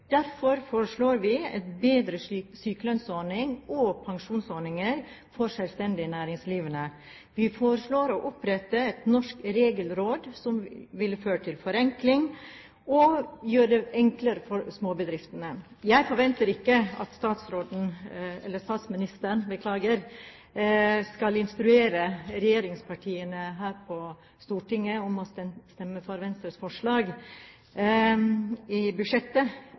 Derfor foreslår vi en bedre sykelønnsordning og pensjonsordninger for selvstendig næringsdrivende. Vi foreslår å opprette et norsk regelråd, som ville føre til forenkling og gjøre det enklere for småbedriftene. Jeg forventer ikke at statsministeren skal instruere regjeringspartiene her i Stortinget om å stemme for Venstres forslag i budsjettet.